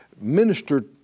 minister